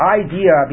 idea